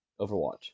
Overwatch